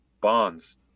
bonds